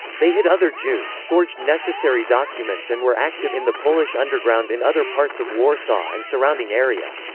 they hid other jews, forged necessary documents and were active in the polish underground in other parts of warsaw and surrounding area.